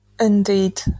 Indeed